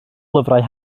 lyfrau